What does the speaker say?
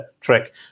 trick